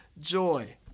joy